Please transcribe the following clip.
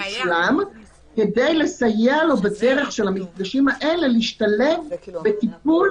כדי לסייע לו בדרך של המפגשים האלה להשתלב בטיפול,